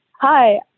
hi